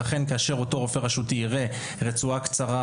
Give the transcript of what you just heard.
ולכן כאשר אותו רופא רשותי יראה רצועה קצרה